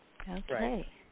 Okay